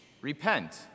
Repent